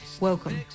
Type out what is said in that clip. welcome